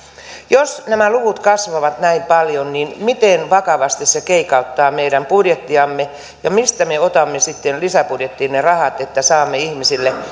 jos nämä luvut kasvavat näin paljon niin miten vakavasti se keikauttaa meidän budjettiamme ja mistä me otamme sitten lisäbudjettiin ne rahat että saamme ihmisille